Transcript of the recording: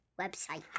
website